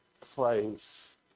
place